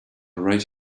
right